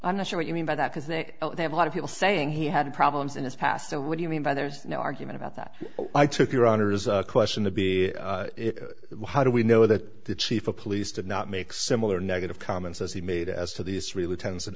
i'm not sure what you mean by that is that they have a lot of people saying he had problems in his past and what do you mean by there's no argument about that i took your honour's question to be how do we know that the chief of police did not make similar negative comments as he made as to these really ten